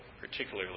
particularly